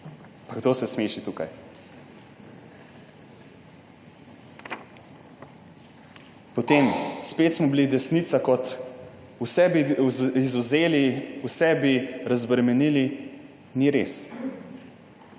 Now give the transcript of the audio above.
Hudo se smeši tukaj. Potem smo spet bili desnica, kot vse bi izvzeli, vse bi razbremenili. Ni res.